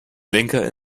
lenker